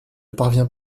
parvient